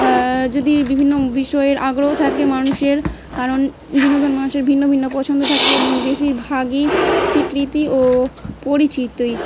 যদি বিভিন্ন বিষয়ের আগ্রহ থাকে মানুষের কারণ বিনোদন মানুষের ভিন্ন ভিন্ন পছন্দ থাকে এবং বেশির ভাগই স্বীকৃতি ও পরিচিতি